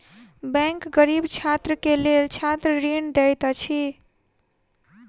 bank गरीब छात्र के लेल छात्र ऋण दैत अछि